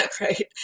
right